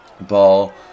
Ball